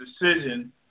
decision